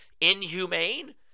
inhumane